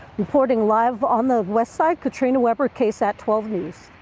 reporting live on the west side katrina webber ksat twelve news.